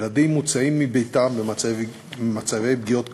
ילדים מוצאים מביתם במצבי פגיעות קשים,